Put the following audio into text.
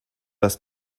das